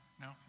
No